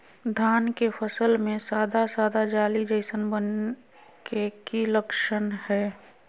धान के फसल में सादा सादा जाली जईसन बने के कि लक्षण हय?